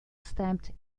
stamped